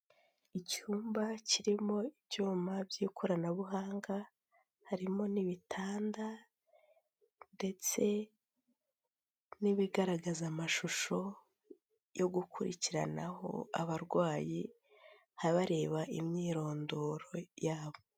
Icyumba kirimo ibyuma by'ikoranabuhanga, harimo n'ibitanda ndetse n'ibigaragaza amashusho yo gukurikiranaho abarwayi abareba imyirondoro yabo.